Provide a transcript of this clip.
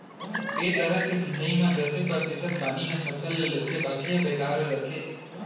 ए तरह के सिंचई म दसे परतिसत पानी ह फसल ल लेथे बाकी ह बेकार हो जाथे